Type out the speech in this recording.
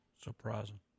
Surprising